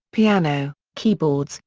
piano, keyboards,